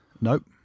Nope